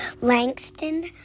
langston